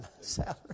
salary